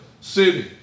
city